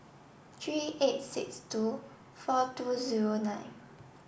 three eight six two four two zero nine